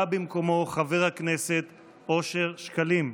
בא חבר הכנסת אושר שקלים,